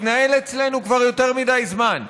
מתנהל אצלנו כבר יותר מדי זמן.